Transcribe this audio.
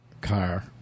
Car